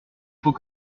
faut